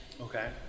Okay